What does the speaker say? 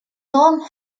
том